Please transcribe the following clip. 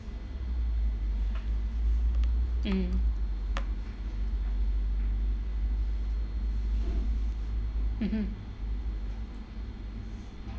mm mmhmm